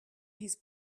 his